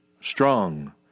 strong